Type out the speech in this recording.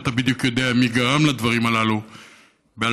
ואתה יודע בדיוק מי גרם לדברים הללו ב-2003.